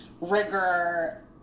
rigor